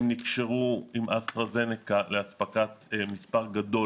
הם נקשרו עם אסטרה זנקה לאספקת מספר גדול